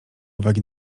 uwagi